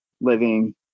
living